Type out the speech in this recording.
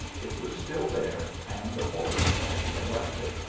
it was still there, and the horse, as he had left it,